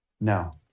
No